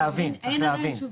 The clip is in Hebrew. אין להם תשובה.